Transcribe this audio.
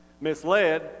Misled